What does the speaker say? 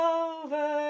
over